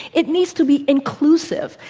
it needs to be inclusive.